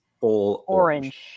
orange